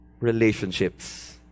relationships